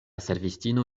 servistino